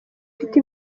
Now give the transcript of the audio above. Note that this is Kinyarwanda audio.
ufite